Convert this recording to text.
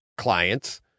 clients